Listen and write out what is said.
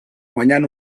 guanyant